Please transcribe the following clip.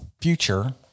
future